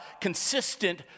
consistent